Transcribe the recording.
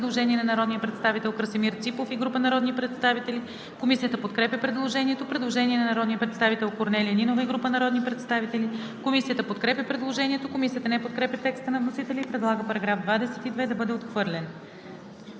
Предложение на народния представител Красимир Ципов и група народни представители. Комисията подкрепя предложението. Предложение на народния представител Корнелия Нинова и група народни представители. Комисията подкрепя предложението. Комисията не подкрепя текста на вносителя и предлага § 22 да бъде отхвърлен.